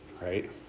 right